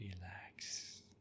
Relax